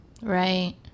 right